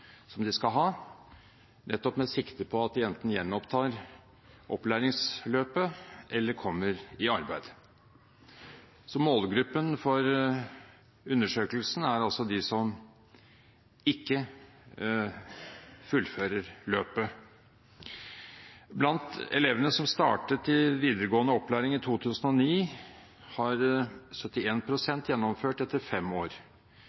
som de skal ha, med sikte på at de enten gjenopptar opplæringsløpet eller kommer i arbeid. Målgruppen for undersøkelsen er altså de som ikke fullfører løpet. Blant elevene som startet i videregående opplæring i 2009, har 71 pst. gjennomført etter fem år.